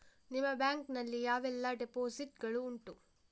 ನಿಮ್ಮ ಬ್ಯಾಂಕ್ ನಲ್ಲಿ ಯಾವೆಲ್ಲ ಡೆಪೋಸಿಟ್ ಗಳು ಉಂಟು?